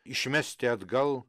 išmesti atgal